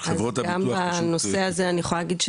חברות הביטוח פשוט --- בנושא הזה אני יכולה להגיד,